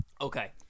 Okay